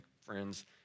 friends